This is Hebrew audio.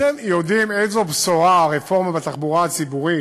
אתם יודעים איזו בשורה הרפורמה בתחבורה הציבורית